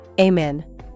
Amen